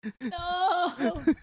No